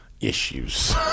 issues